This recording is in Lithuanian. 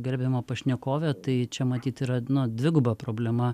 gerbiamą pašnekovę tai čia matyt yra na dviguba problema